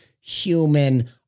human